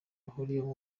bahuriyeho